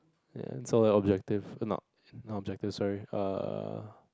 ya so my objective nope not objective sorry err